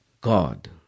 God